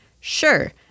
sure